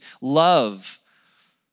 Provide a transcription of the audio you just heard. love